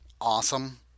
awesome